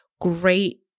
great